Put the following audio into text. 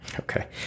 Okay